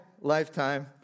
lifetime